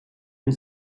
den